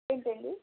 ఏంటండీ